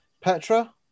Petra